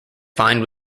find